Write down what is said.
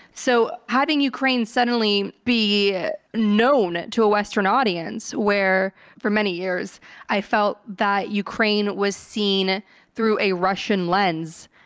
so having ukraine suddenly be known to a western audience, where for many years i felt that ukraine was seen through a russian lens,